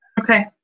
okay